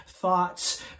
Thoughts